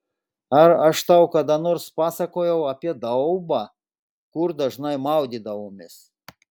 ar aš tau kada nors pasakojau apie daubą kur dažnai maudydavomės